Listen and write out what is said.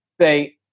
say